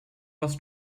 was